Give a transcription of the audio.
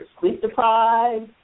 sleep-deprived